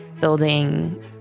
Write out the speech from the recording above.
building